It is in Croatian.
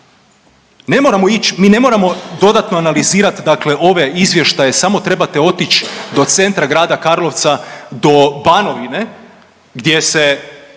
Ne možemo ić, mi ne moramo dodatno analizirati dakle ove izvještaje, samo trebate otići do centra grada Karlovca do Banovine gdje se,